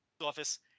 office